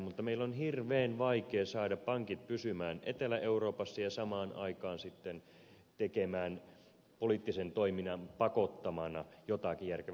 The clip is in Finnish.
mutta meidän on hirveän vaikea saada pankit pysymään etelä euroopassa ja samaan aikaan sitten tekemään poliittisen toiminnan pakottamana jotakin järkevää